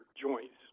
joints